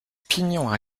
pignon